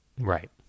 Right